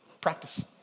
Practice